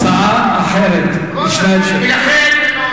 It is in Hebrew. הצעה אחרת, ישנה אפשרות.